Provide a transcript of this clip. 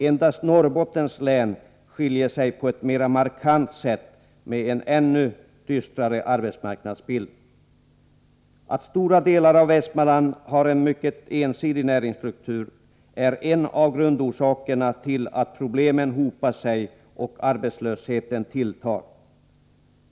Endast Norrbottens län skiljer sig på ett mera markant sätt med en ännu dystrare arbetsmarknadsbild. Att stora delar av Västmanland har en mycket ensidig näringsstruktur är en av grundorsakerna till att problemen hopar sig och arbetslösheten tilltar.